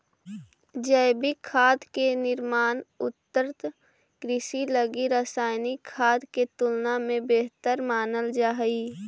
जैविक खाद के निर्माण उन्नत कृषि लगी रासायनिक खाद के तुलना में बेहतर मानल जा हइ